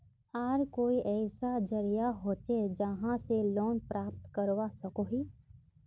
आर कोई ऐसा जरिया होचे जहा से लोन प्राप्त करवा सकोहो ही?